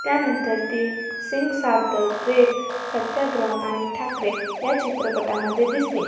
त्यानंतर ती Singh Saab The Great Satyagraha आणि ठाकरे या चित्रपटामध्ये दिसली